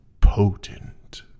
potent